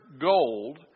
gold